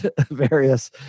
various